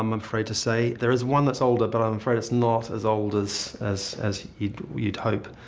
i'm afraid to say. there is one that's older but i'm afraid it's not as old as. as as you'd you'd hope.